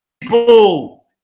People